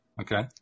Okay